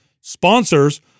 sponsors